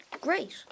Great